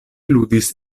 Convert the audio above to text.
ludis